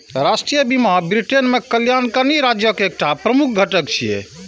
राष्ट्रीय बीमा ब्रिटेन मे कल्याणकारी राज्यक एकटा प्रमुख घटक छियै